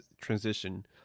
transition